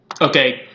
Okay